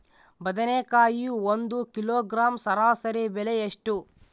ಬದನೆಕಾಯಿ ಒಂದು ಕಿಲೋಗ್ರಾಂ ಸರಾಸರಿ ಬೆಲೆ ಎಷ್ಟು?